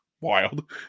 wild